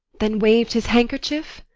then wav'd his handkerchief?